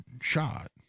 shot